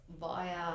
via